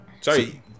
Sorry